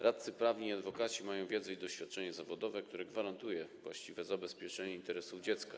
Radcy prawni i adwokaci mają wiedzę i doświadczenie zawodowe, które gwarantują właściwe zabezpieczenie interesów dziecka.